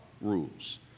rules